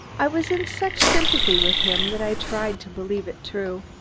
i was in such sympathy with him that i tried to believe it true,